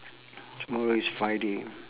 tomorrow is friday